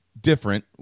different